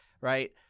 right